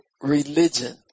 religion